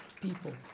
people